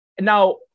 now